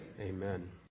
Amen